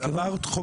זה עבר בחוק